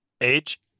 Age